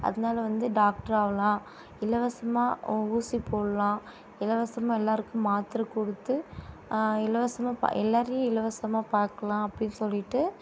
அதனால வந்து டாக்டராகலாம் இலவசமாக ஊ ஊசி போடலாம் இலவசமாக எல்லாருக்கும் மாத்திர கொடுத்து இலவசமாக ப எல்லாரையும் இலவசமாக பார்க்கலாம் அப்படின்னு சொல்லிட்டு